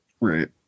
Right